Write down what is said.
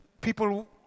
people